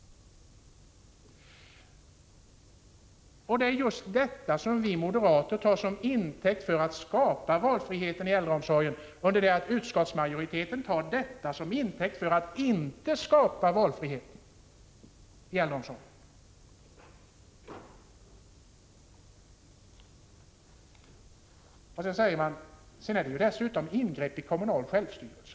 Det är just detta som vi moderater tar som intäkt för att skapa valfrihet i äldreomsorgen, under det att utskottsmajoriteten tar detta som intäkt för att inte skapa valfrihet i äldreomsorgen. Vidare sägs, att det som vi föreslår dessutom innebär ingrepp i den kommunala självstyrelsen.